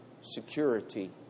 security